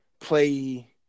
play